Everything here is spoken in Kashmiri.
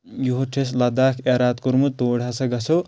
یہوس چھُ اسہِ لداخ اِرادہ کوٚرمُت تورۍ ہسا گژھو